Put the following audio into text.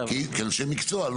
כאנשי מקצוע.